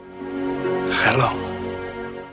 hello